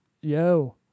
Yo